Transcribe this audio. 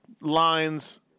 lines